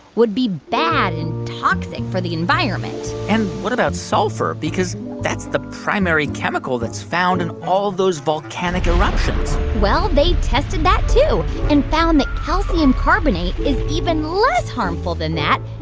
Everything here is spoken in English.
would be bad and toxic for the environment and what about sulfur? because that's the primary chemical that's found in all of those volcanic eruptions well, they tested that too and found that calcium carbonate is even less harmful than that.